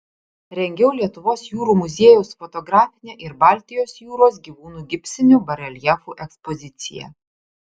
rengiau lietuvos jūrų muziejaus fotografinę ir baltijos jūros gyvūnų gipsinių bareljefų ekspoziciją